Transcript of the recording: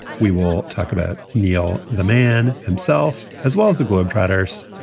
we will talk about neil, the man himself, as well as the globetrotters.